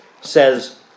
says